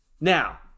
Now